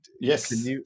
Yes